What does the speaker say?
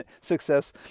success